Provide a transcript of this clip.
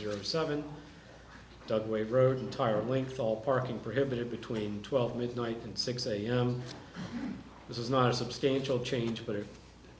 zero seven dugway road entire length all parking prohibited between twelve midnight and six am this is not a substantial change but it